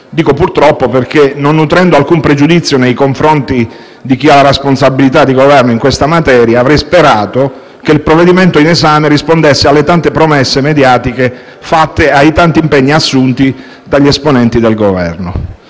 dico perché, pur senza nutrire alcun pregiudizio nei confronti di chi ha la responsabilità di Governo in questa materia, avrei sperato che il provvedimento in esame rispondesse alle tante promesse mediatiche fatte e ai tanti impegni assunti dagli esponenti del Governo.